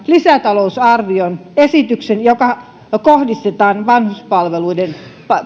lisätalousarvioesityksen joka kohdistetaan vanhuspalveluiden